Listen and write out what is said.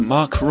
Mark